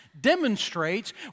demonstrates